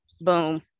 boom